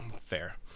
Fair